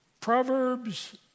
Proverbs